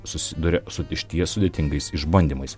susiduria su išties sudėtingais išbandymais